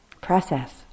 process